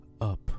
up